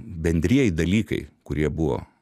bendrieji dalykai kurie buvo